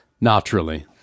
Naturally